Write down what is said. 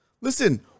Listen